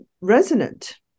resonant